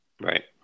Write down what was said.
Right